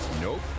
Nope